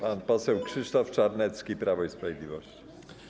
Pan poseł Krzysztof Czarnecki, Prawo i Sprawiedliwość.